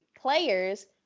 players